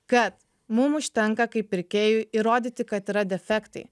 kad mum užtenka kaip pirkėjui įrodyti kad yra defektai